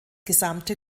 gesamte